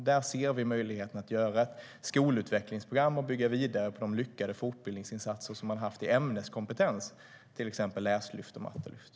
Där är det möjligt att skapa ett skolutvecklingsprogram och bygga vidare på de lyckade fortbildningsinsatser som finns i ämneskompetens, till exempel läslyft och mattelyft.